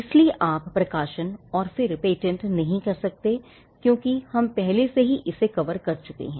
इसलिए आप पहले प्रकाशन और फिर पेटेंट नहीं कर सकते क्योंकि हम पहले से ही इसे कवर कर चुके हैं